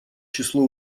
число